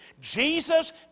Jesus